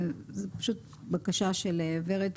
בקשה של ורד,